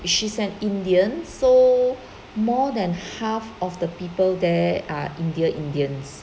she's an indian so more than half of the people there are India indians